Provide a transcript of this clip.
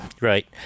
Right